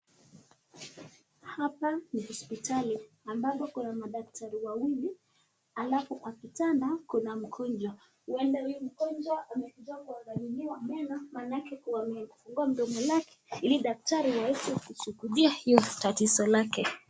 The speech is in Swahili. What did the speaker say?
Hapa ni hospitali ambapo kuna madaktari wawili, alafu kwa kitanda kuna mgonjwa ,huenda huyu mgonjwa amekuja kuangaliliwa meno, maanake amefungua mdomo wake ili daktari waweze kushughulikia hilo tatizo lake.